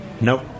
nope